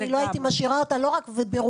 אני לא הייתי משאירה אותה לא רק לבירור,